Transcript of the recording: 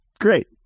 great